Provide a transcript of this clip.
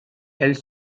elle